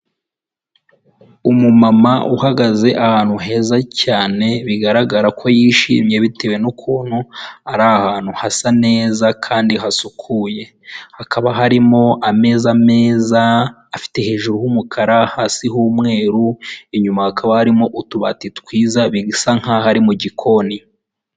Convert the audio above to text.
Umu mama uhagaze ahantu heza cyane bigaragara ko yishimye bitewe n'ukuntu ari ahantu hasa neza kandi hasukuye, hakaba harimo ameza meza afite hejuru y'umukara hasi h'umweru ,inyuma hakaba harimo utubati twiza bisa nk'aho ari mu mugikoni.